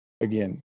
again